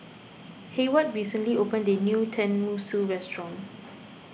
Hayward recently opened a new Tenmusu Restaurant